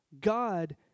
God